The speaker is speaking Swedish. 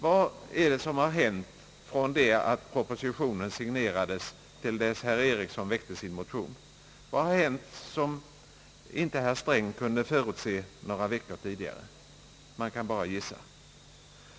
Vad är det som har hänt från det att propositionen signerades till dess herr Eriksson väckte sin motion? Vad har hänt som inte herr Sträng kunde förutse några veckor tidigare? Man kan bara gissa.